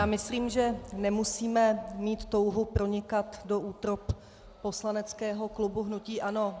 Já myslím, že nemusíme mít touhu pronikat do útrob poslaneckého klubu hnutí ANO.